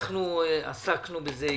עסקנו בזה,